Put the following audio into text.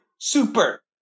super